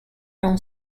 from